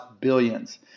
billions